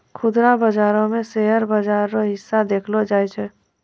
खुदरा बाजारो मे शेयर बाजार रो हिस्सा देखलो जाय छै